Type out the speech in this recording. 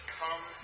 come